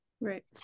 Right